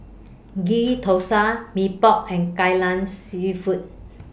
Ghee Thosai Mee Pok and Kai Lan Seafood